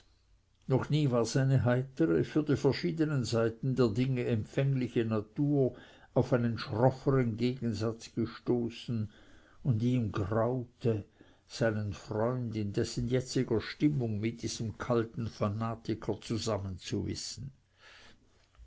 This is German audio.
noch nie war seine heitere für die verschiedenen seiten der dinge empfängliche natur auf einen schrofferen gegensatz gestoßen und ihm graute seinen freund in dessen jetziger stimmung mit diesem kalten fanatiker